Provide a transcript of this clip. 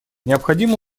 необходимо